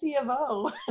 CFO